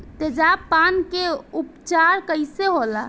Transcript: तेजाब पान के उपचार कईसे होला?